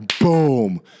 boom